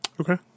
okay